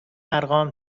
ارقام